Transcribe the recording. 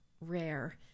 rare